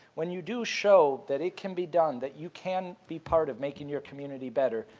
when you do show that it can be done, that you can be part of making your community better,